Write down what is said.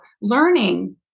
learning